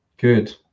Good